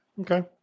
Okay